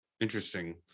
Interesting